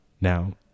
Now